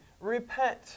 Repent